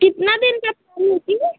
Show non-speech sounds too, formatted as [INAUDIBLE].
कितना दिन का [UNINTELLIGIBLE] होती है